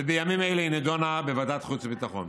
ובימים אלה היא נדונה בוועדת החוץ והביטחון.